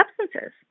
substances